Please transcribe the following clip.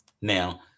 Now